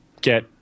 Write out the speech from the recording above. get –